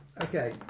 Okay